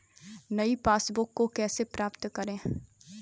नई पासबुक को कैसे प्राप्त करें?